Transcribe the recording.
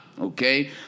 Okay